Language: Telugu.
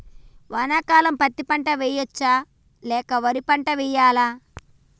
వానాకాలం పత్తి పంట వేయవచ్చ లేక వరి పంట వేయాలా?